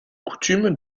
coutume